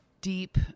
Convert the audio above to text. deep